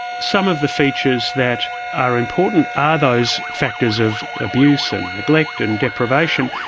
some of the features that are important are those factors of abuse and neglect and deprivation,